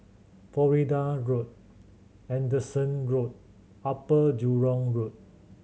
Florida Road Anderson Road Upper Jurong Road